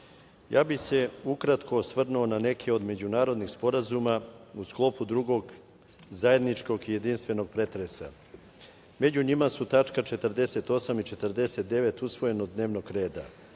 ja bih se ukratko osvrnuo na neke od međunarodnih sporazuma u sklopu drugo zajedničkog jedinstvenog pretresa. Među njima su tačka 48. i 49. usvojenog dnevnog reda,